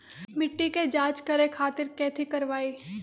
मिट्टी के जाँच करे खातिर कैथी करवाई?